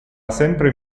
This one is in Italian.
sempre